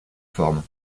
formes